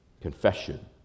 Confession